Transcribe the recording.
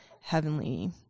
heavenly